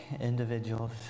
individuals